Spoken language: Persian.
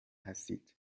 هستید